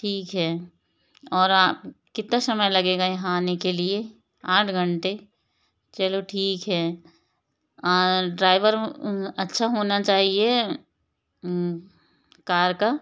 ठीक है और आप कितना समय लगेगा यहाँ आने के लिए आठ घंटे चलो ठीक है ड्राइवर अच्छा होना चाहिए कार का